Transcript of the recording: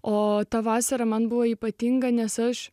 o tą vasarą man buvo ypatinga nes aš